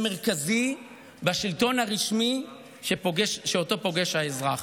מרכזי בשלטון הרשמי שאותו פוגש האזרח.